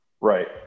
right